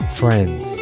friends